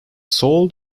sold